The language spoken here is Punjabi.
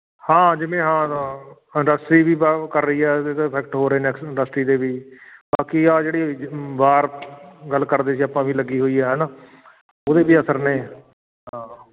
ਹਾਂ ਜਿਵੇਂ ਹਾਂ ਇੰਡਸਟਰੀ ਵੀ ਵਾ ਕਰ ਰਹੀ ਹੈ ਇਫੈਕਟ ਹੋ ਰਹੇ ਨੇ ਇੰਡਸਟਰੀ ਦੇ ਵੀ ਬਾਕੀ ਆਹ ਜਿਹੜੀ ਵਾਰ ਗੱਲ ਕਰਦੇ ਸੀ ਆਪਾਂ ਵੀ ਲੱਗੀ ਹੋਈ ਆ ਹੈ ਨਾ ਉਹਦੇ ਵੀ ਅਸਰ ਨੇ ਹਾਂ